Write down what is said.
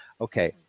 okay